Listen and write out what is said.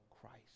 Christ